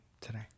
today